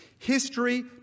History